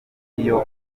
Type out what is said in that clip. iyo